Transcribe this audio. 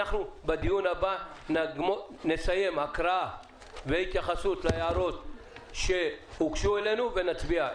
בדיון הבא נסיים את ההקראה והתייחסות להערות שהוגשו לנו ונצביע.